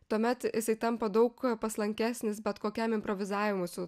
tuomet jisai tampa daug paslankesnis bet kokiam improvizavimui su